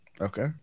Okay